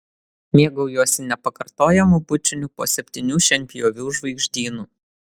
mėgaujuosi nepakartojamu bučiniu po septynių šienpjovių žvaigždynu